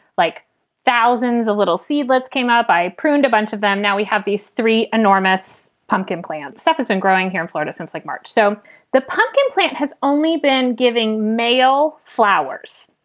like thousands, a little seed. let's came out by pruned a bunch of them. now we have these three enormous pumpkin plants that has been growing here in florida since like march. so the pumpkin plant has only been giving male flowers.